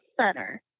center